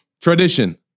Tradition